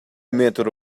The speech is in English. matter